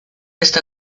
está